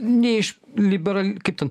ne iš liberal kaip ten